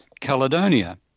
Caledonia